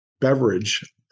beverage